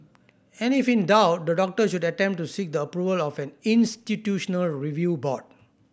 and if in doubt the doctor should attempt to seek the approval of an institutional review board